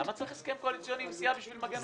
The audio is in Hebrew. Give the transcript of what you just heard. למה צריך הסכם קואליציוני עם סיעה כדי למגן אוטובוסים?